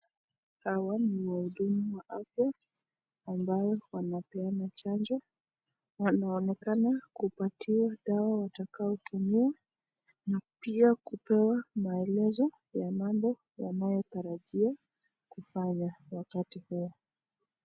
Hawa ni wahudumu wa afya ambao wanapeana chanjo. Wanaonekana kupatiwa dawa watakao tumia na pia kupewa maelezo ya mambo wanayotarajia kufanya wakati huo.